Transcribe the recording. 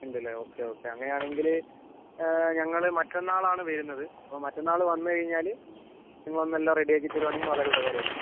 ഉണ്ടല്ലേ okay okay അങ്ങനെ ആണെങ്കിൽ ഞങ്ങൾ മറ്റന്നാൾ ആണ് വരുന്നത് അപ്പം മറ്റന്നാൾ വന്ന് കഴിഞ്ഞാൽ നിങ്ങൾ ഒന്ന് എല്ലാം റെഡി ആക്കി തരുവാണെങ്കിൽ വളരെ ഉപകാരം ആയിരിക്കും